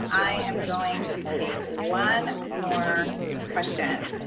i am going to take one more question. oh,